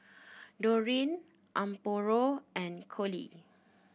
Dorine Amparo and Coley